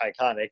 iconic